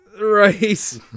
right